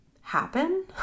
happen